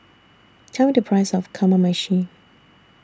Tell Me The Price of Kamameshi